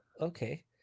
okay